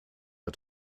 der